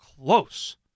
close